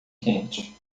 quente